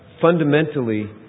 fundamentally